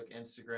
Instagram